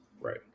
Right